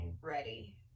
ready